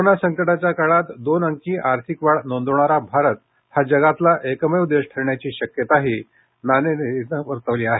corona संकटाच्या काळात दोन अंकी आर्थिक वाढ नोंदवणारा भारत हा जगातला एकमेव देश ठरण्याची शक्यताही नाणेनिधीनं वर्तवली आहे